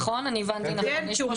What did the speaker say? נכון, בוודאי.